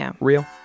real